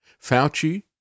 Fauci